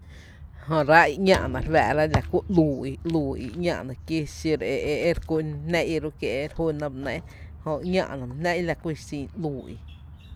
Jö ráá’ i ‘ñáá’na re fáá’ra la kú ‘lüü i, ‘lüü i kí xiro e e e ri kú’n jná i ró’ kié’ e re jüná bá ‘néé’. Jö ‘ñáá’ na b’a jná la kú mi xin ‘lüü i.